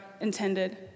intended